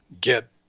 get